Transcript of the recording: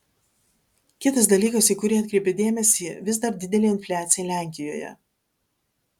kitas dalykas į kurį atkreipia dėmesį vis dar didelė infliacija lenkijoje